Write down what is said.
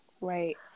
right